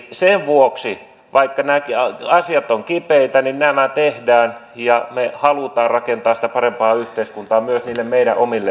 sen vuoksi vaikka nämä asiat ovat kipeitä nämä tehdään ja me haluamme rakentaa sitä parempaa yhteiskuntaa myös niille meidän omille lapsillemme